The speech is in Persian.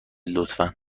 لطفا